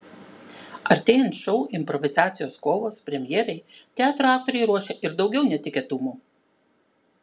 artėjant šou improvizacijos kovos premjerai teatro aktoriai ruošia ir daugiau netikėtumų